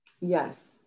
Yes